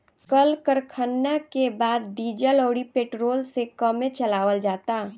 कल करखना के अब डीजल अउरी पेट्रोल से कमे चलावल जाता